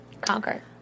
conquer